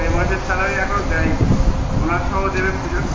এ মাসের স্যালারি এখনও দেয়নি বোনাস সহ দেবে পুজোর